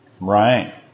Right